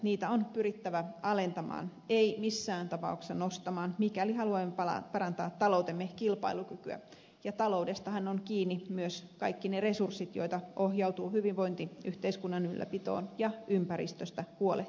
niitä on pyrittävä alentamaan ei missään tapauksessa nostamaan mikäli haluamme parantaa taloutemme kilpailukykyä ja taloudestahan ovat kiinni myös kaikki ne resurssit joita ohjautuu hyvinvointiyhteiskunnan ylläpitoon ja ympäristöstä huolehtimiseen